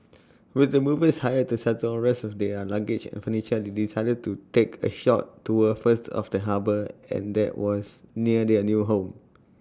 with the movers hired to settle the rest of their luggage and furniture they decided to take A short tour first of the harbour and that was near their new home